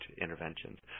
interventions